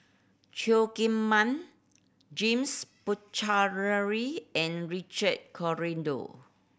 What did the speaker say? Cheo Kim Ban James Puthucheary and Richard Corridon